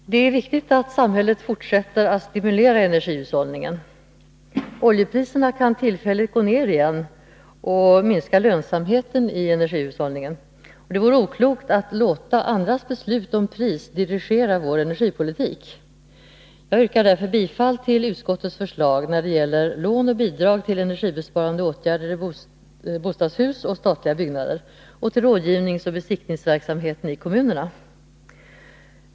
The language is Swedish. Herr talman! Det är viktigt att samhället fortsätter att stimulera energihushållningen. Oljepriserna kan tillfälligt gå ned igen och minska lönsamheten i energihushållningen. Det vore oklokt att låta andras beslut om pris dirigera vår energipolitik. Jag yrkar därför bifall till utskottets förslag när det gäller lån och bidrag till energibesparande åtgärder i bostadshus och statliga byggnader och till rådgivningsoch besiktningsverksamheten i kommunerna.